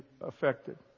affected